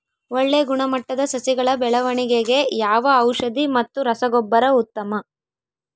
ಒಳ್ಳೆ ಗುಣಮಟ್ಟದ ಸಸಿಗಳ ಬೆಳವಣೆಗೆಗೆ ಯಾವ ಔಷಧಿ ಮತ್ತು ರಸಗೊಬ್ಬರ ಉತ್ತಮ?